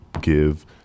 give